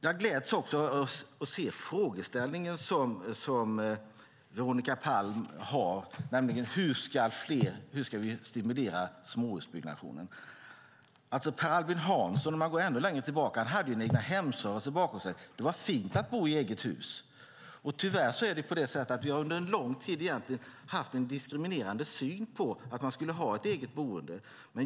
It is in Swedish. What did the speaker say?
Jag gläds åt den fråga som Veronica Palm ställde: Hur ska vi stimulera småhusbyggnationen? Per Albin Hansson hade en egnahemsrörelse bakom sig. Det var fint att bo i eget hus. Tyvärr har vi under en lång tid haft en diskriminerande syn på att ha eget boende.